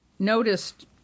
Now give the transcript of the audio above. Noticed